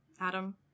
Adam